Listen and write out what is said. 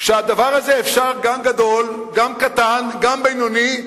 שהדבר הזה אפשר גם גדול, גם קטן, גם בינוני.